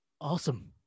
Awesome